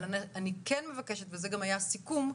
אבל אני כן מבקשת וזה גם היה הסיכום,